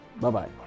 Bye-bye